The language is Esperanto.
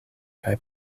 kaj